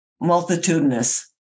multitudinous